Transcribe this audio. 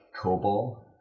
COBOL